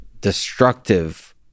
destructive